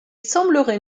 semblerait